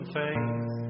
faith